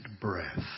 breath